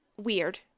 weird